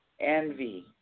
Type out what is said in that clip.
envy